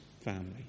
family